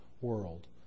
world